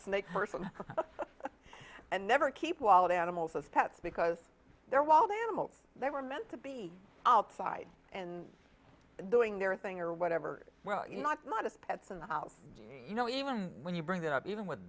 a snake person and never keep wild animals as pets because they're wild animals they were meant to be outside and doing their thing or whatever not not as pets in the house you know even when you bring that up even with